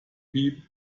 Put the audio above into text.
piep